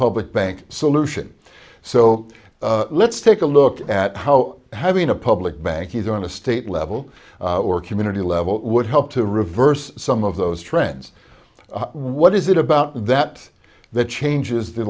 public bank solution so let's take a look at how having a public banking on a state level or community level would help to reverse some of those trends what is it about that that changes the